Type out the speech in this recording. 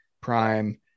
prime